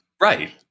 right